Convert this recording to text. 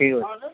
ଠିକ ଅଛି